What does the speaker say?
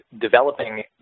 developing